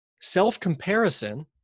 self-comparison